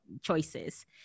choices